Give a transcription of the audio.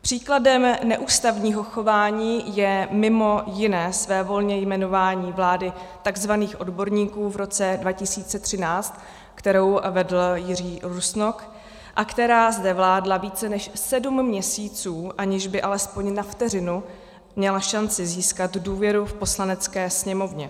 Příkladem neústavního chování je mimo jiné svévolně jmenování vlády tzv. odborníků v roce 2013, kterou vedl Jiří Rusnok a která zde vládla více než sedm měsíců, aniž by alespoň na vteřinu měla šanci získat důvěru v Poslanecké sněmovně.